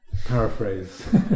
paraphrase